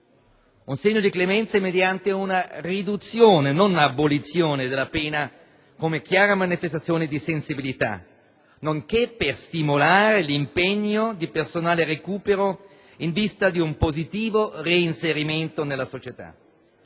Un segno di clemenza mediante una riduzione - non abolizione! - della pena, come chiara manifestazione di sensibilità, nonché per stimolare l'impegno di personale recupero in vista di un positivo reinserimento nella società.